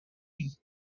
daly